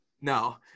No